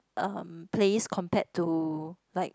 um place compared to like